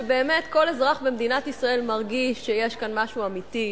באמת כל אזרח במדינת ישראל מרגיש שיש כאן משהו אמיתי,